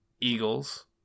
Eagles